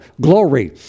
glory